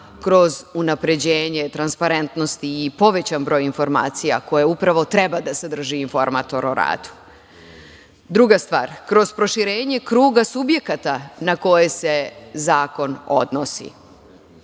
kroz unapređenje transparentnosti i povećan broj informacija koje upravo treba da sadrži informator o radu. Druga stvar, kroz proširenje kruga subjekata na koje se zakon odnosi. Treća